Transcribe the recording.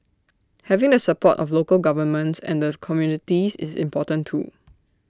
having the support of local governments and the communities is important too